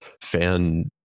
fan